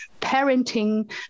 parenting